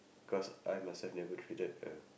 cause I myself never treated a